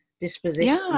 disposition